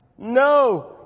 No